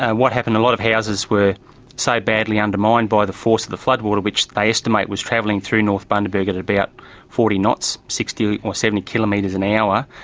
and what happened, a lot of houses were so badly undermined by the force of the floodwater which the estimate was travelling through north bundaberg at about forty knots, sixty or seventy kilometres an hour.